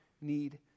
need